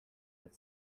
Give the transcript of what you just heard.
that